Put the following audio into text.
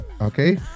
okay